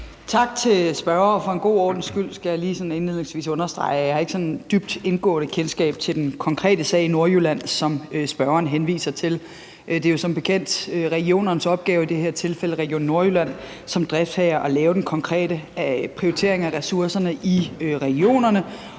Tak til spørgeren. For god ordens skyld skal jeg indledningsvis lige understrege, at jeg ikke sådan har et dybt, indgående kendskab til den konkrete sag i Nordjylland, som spørgeren henviser til. Det er som bekendt regionernes opgave, i det her tilfælde Region Nordjylland, som driftsherrer at lave den konkrete prioritering af ressourcerne i regionerne,